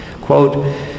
Quote